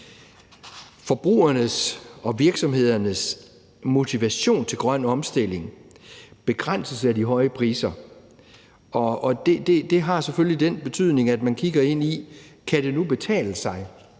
Forbrugernes og virksomhedernes motivation til grøn omstilling begrænses af de høje priser, og det har selvfølgelig den betydning, at man kigger ind i, om det nu kan betale sig,